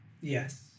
Yes